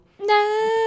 no